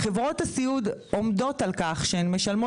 אני אמרתי שחברות הסיעוד טוענות שהעובדים